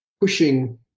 pushing